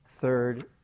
Third